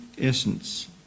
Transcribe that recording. essence